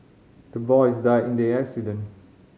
the boys died in the accident